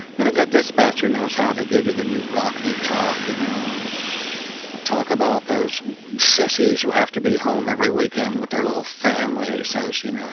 and a good dispatcher knows how to give you the newt rockne talk, you know, and um talk about those sissies who have to be home every weekend with their little families. so so you know.